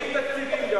תקציבים גם.